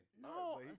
No